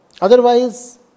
Otherwise